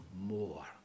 more